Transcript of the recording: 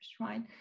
right